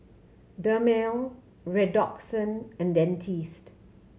Dermale Redoxon and Dentiste